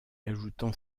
ajoutant